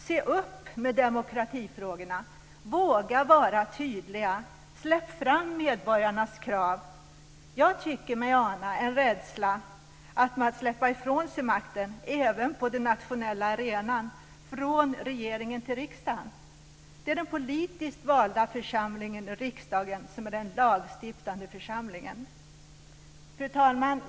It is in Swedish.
Se upp med demokratifrågorna! Våga vara tydliga! Släpp fram medborgarnas krav! Jag tycker mig ana en rädsla för att släppa ifrån sig makten även på den nationella arenan från regeringen till riksdagen. Det är den politiskt valda församlingen, riksdagen, som är den lagstiftande församlingen. Fru talman!